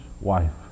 wife